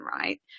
right